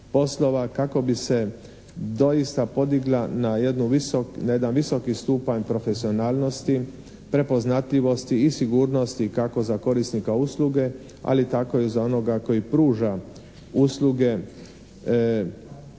kako bi se doista podigla na jedan visoki stupanj profesionalnosti, prepoznatljivosti i sigurnosti, kako za korisnika usluge ali tako i za onoga koji pruža usluge